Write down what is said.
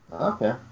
okay